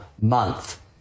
month